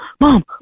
mom